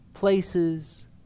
Places